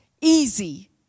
easy